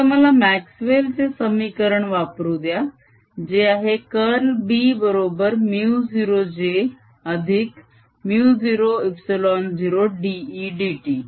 आता मला म्याक्स्वेल चे समीकरण वापरू द्या जे आहे कर्ल B बरोबर μ0 j अधिक μ0ε0dEdt